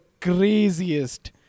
craziest